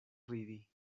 ridi